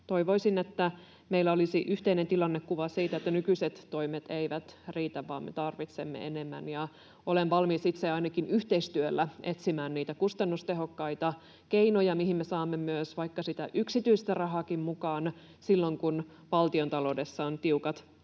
Toivoisin, että meillä olisi yhteinen tilannekuva siitä, että nykyiset toimet eivät riitä, vaan me tarvitsemme enemmän. Ja olen valmis itse ainakin yhteistyöllä etsimään niitä kustannustehokkaita keinoja, mihin me saamme myös vaikka sitä yksityistä rahaakin mukaan silloin, kun valtiontaloudessa on tiukat ajat.